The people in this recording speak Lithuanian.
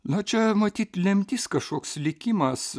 na čia matyt lemtis kažkoks likimas